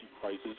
prices